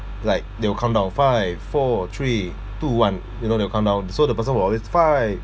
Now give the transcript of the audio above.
like they will count down five four three two one you know they will count down so the person will always five